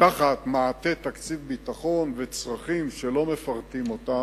תחת מעטה תקציב ביטחון וצרכים שלא מפרטים אותם,